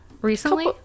Recently